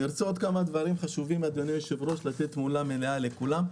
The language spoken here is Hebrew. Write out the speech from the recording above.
אני רוצה לומר עוד כמה דברים חשובים כדי לתת תמונה מלאה לכולם.